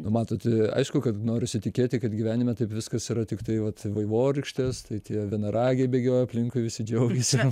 nu matot aišku kad norisi tikėti kad gyvenime taip viskas yra tiktai vat vaivorykštės tai tie vienaragiai bėgioja aplinkui visi džiaugiasi